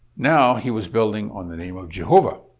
now he was building on the name of jehovah.